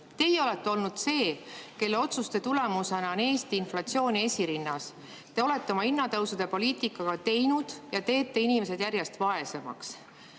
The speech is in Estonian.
olete olnud see, kelle otsuste tulemusena on Eesti inflatsiooni esirinnas. Te olete oma hinnatõusude poliitikaga teinud ja teete inimesi järjest vaesemaks.